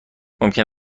ممکن